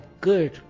good